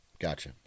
Gotcha